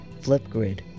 Flipgrid